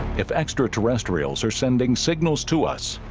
if extraterrestrials are sending signals to us.